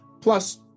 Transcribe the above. Plus